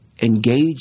engage